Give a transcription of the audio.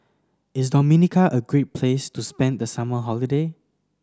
is Dominica a great place to spend the summer holiday